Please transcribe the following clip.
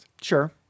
Sure